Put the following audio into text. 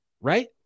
right